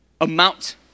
amount